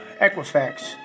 Equifax